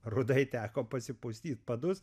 rudajai teko pasipustyt padus